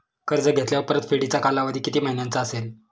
कर्ज घेतल्यावर परतफेडीचा कालावधी किती महिन्यांचा असेल?